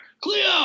Cleo